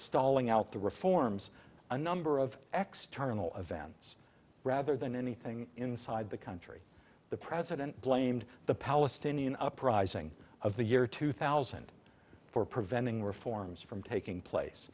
stalling out the reforms a number of x terminal events rather than anything inside the country the president blamed the palestinian uprising of the year two thousand for preventing reforms from taking place